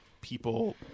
people